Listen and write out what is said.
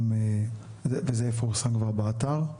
וזה יפורסם כבר באתר.